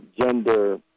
gender